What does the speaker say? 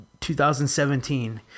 2017